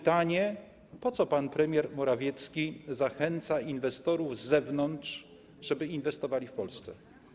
Pytanie: Po co pan premier Morawiecki zachęca inwestorów z zewnątrz, żeby inwestowali w Polsce?